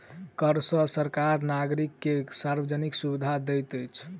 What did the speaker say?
कर सॅ सरकार नागरिक के सार्वजानिक सुविधा दैत अछि